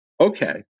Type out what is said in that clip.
okay